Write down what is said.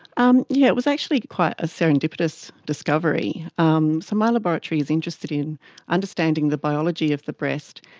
um yeah it was actually quite a serendipitous discovery. um so my laboratory is interested in understanding the biology of the breast,